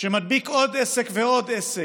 שמדביק עוד עסק ועוד עסק,